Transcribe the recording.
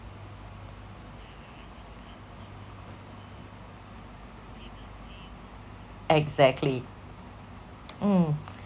exactly mm